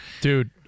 Dude